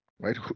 Right